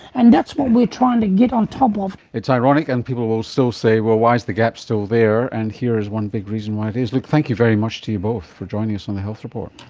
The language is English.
and that's what we are trying to get on top of. it's ironic, and people will still say, well, why is the gap still there, and here is one big reason why it is like thank you very much to you both for joining us on the health report.